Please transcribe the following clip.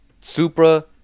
Supra